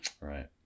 Right